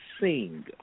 sing